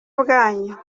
bwanyu